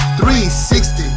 360